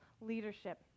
leadership